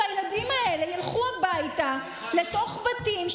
והילדים האלה ילכו הביתה לתוך בתים,